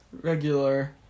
Regular